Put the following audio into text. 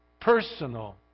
personal